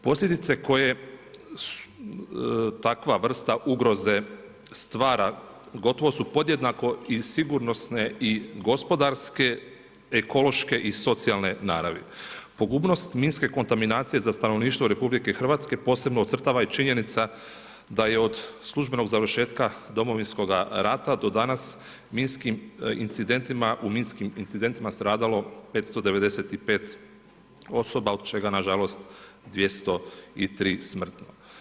Posljedice koje takva vrsta ugroze stvara gotovo su podjednako i sigurnosne i gospodarske, ekološke i socijalne naravni, pogubnost minske kontaminacije za stanovništvo RH posebno ocrtava i činjenica da je od službenog završetka Domovinskog rata do danas u minskim incidentima stradalo 595 osoba od čega nažalost 203 smrtno.